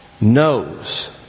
knows